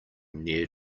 near